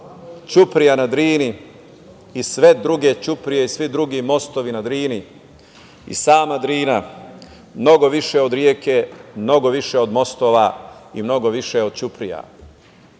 ćuprija na Drini i sve druge ćuprije i svi drugi mostovi na Drini i sama Drina mnogo više od reke, mnogo više od mostova i mnogo više od ćuprija. Zato